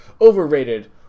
Overrated